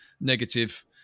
negative